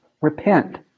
repent